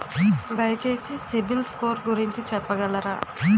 దయచేసి CIBIL score గురించి చెప్పగలరా?